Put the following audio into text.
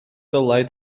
dylai